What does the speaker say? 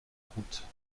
route